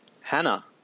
Hannah